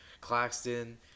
Claxton